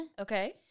Okay